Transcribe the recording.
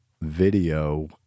video